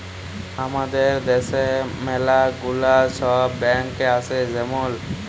হামাদের দ্যাশে ম্যালা গুলা সব ব্যাঙ্ক আসে যেমল